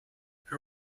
her